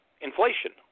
inflation